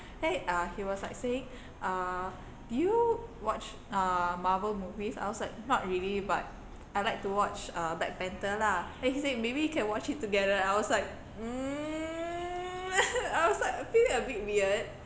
then uh he was like saying uh do you watch uh marvel movies I was like not really but I like to watch uh black panther lah then he said maybe we can watch it together I was like mm I was like feeling a bit weird